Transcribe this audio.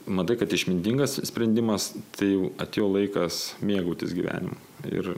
matai kad išmintingas sprendimas jau atėjo laikas mėgautis gyvenimu ir